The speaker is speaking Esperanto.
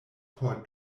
por